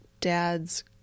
dad's